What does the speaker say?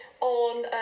on